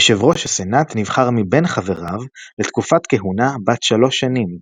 יו"ר הסנאט נבחר מבין חבריו לתקופת כהונה בת שלוש שנים.